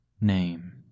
name